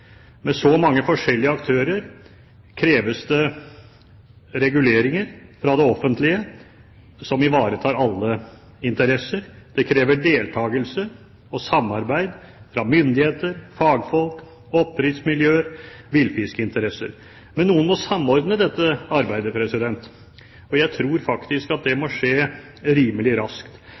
Med så mange forskjellige aktører kreves det reguleringer fra det offentlige, som ivaretar alle interesser. Det krever deltakelse og samarbeid fra myndigheter, fagfolk, oppdrettsmiljøer og villfiskinteresser. Noen må samordne dette arbeidet. Jeg tror det må skje rimelig raskt.